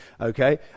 okay